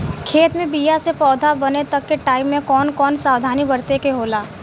खेत मे बीया से पौधा बने तक के टाइम मे कौन कौन सावधानी बरते के होला?